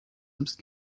selbst